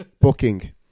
Booking